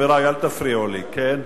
חברי, אל תפריעו לי, כן?